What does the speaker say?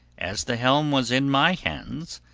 as the helm was in my hands,